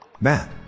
Matt